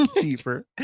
Cheaper